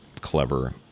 clever